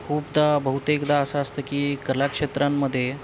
खूपदा बहुतेकदा असं असतं की कलाक्षेत्रामध्ये